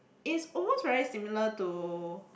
it's almost very similar to